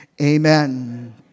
Amen